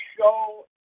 show